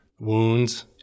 Wounds